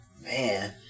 Man